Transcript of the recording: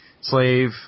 slave